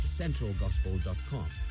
centralgospel.com